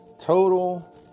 Total